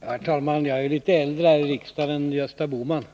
Herr talman! Jag är litet äldre här i riksdagen än Gösta Bohman,